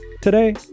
Today